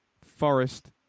Forest